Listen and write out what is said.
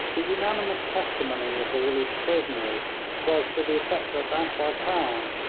the unanimous testimony of the released prisoners was to the effect that akbar khan,